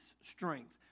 strength